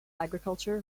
agriculture